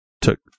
Took